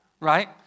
right